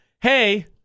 hey